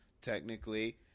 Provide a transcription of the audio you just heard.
technically